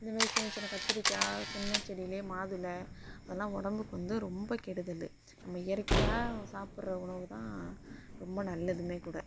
இதேமாதிரி சின்ன சின்ன கத்திரிக்காய் சின்ன செடியிலையே மாதுளை அதெலாம் உடம்புக்கு வந்து ரொம்ப கெடுதல் நம்ம இயற்கையாக சாப்பிட்ற உணவுதான் ரொம்ப நல்லதுமே கூட